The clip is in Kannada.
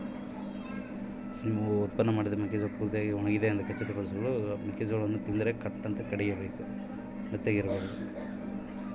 ನನ್ನ ಉತ್ಪನ್ನವಾದ ಮೆಕ್ಕೆಜೋಳವು ಪೂರ್ತಿಯಾಗಿ ಒಣಗಿದೆ ಎಂದು ಹೇಗೆ ಖಚಿತಪಡಿಸಿಕೊಳ್ಳಬಹುದು?